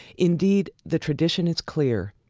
indeed, the tradition is clear.